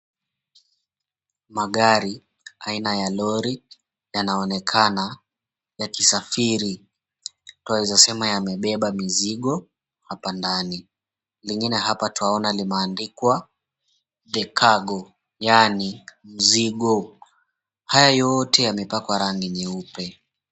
Magari, aina ya lori, yanaonekana yakisafiri twaweza sema yamebeba mizigo hapa ndani. Lingine hapa twaona limeandikwa, The Cargo, yaani mzigo. Haya yote yamepakwa rangi nyeupe.